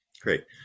Great